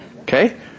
Okay